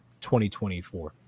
2024